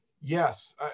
Yes